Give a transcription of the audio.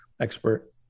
expert